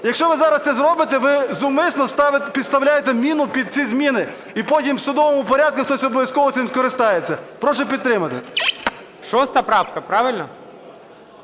Якщо ви зараз це зробите, ви зумисно підставляєте міну під ці зміни, і потім в судовому порядку хтось обов'язково цим скористається. Прошу підтримати. ГОЛОВУЮЧИЙ. 6 правка, правильно?